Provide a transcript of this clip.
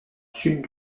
sud